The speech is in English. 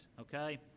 okay